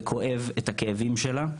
וכואב את הכאבים שלה,